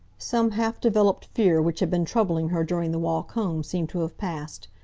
some half-developed fear which had been troubling her during the walk home, seemed to have passed.